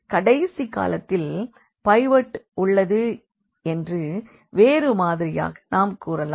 கடைசி காலத்தில் பைவோட் உள்ளது என்று வேறுமாதிரியாக நாம் கூறலாம்